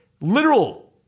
literal